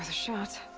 ah shot.